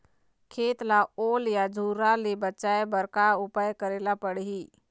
खेत ला ओल या झुरा करे बर का उपाय करेला पड़ही?